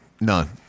none